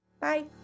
Bye